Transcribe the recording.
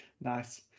Nice